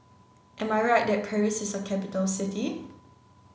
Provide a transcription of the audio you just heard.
am I right that Paris is a capital city